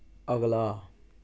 अगला